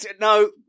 No